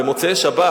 במוצאי שבת,